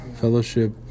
fellowship